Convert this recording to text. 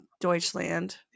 Deutschland